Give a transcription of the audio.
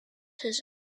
his